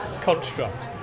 construct